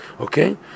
Okay